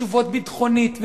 חשובות ביטחונית ומדינית.